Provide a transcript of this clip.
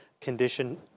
condition